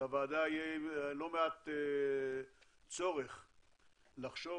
לוועדה יהיה לא מעט צורך לחשוב,